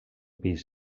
pis